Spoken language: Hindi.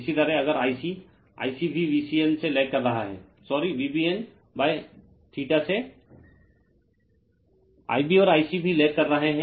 इसी तरह अगर IcIc भी VCN से लेग कर रहा है सॉरी VBN से IIb और Ic भी लेग कर रहा हैं